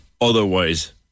otherwise